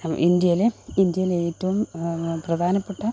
ഇന്ഡ്യയിലെ ഇന്ഡ്യയിലേറ്റവും പ്രധാനപ്പെട്ട